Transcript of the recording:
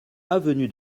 avenue